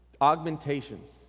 augmentations